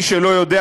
למי שלא יודע,